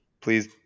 Please